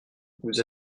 vous